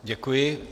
Děkuji.